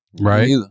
Right